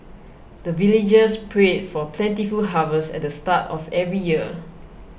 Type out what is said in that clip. the villagers pray for plentiful harvest at the start of every year